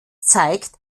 zeigt